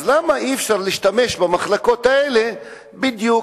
אז למה אי-אפשר להשתמש במחלקות האלה בדיוק